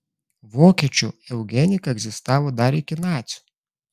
vokiečių eugenika egzistavo dar iki nacių